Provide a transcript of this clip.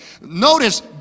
Notice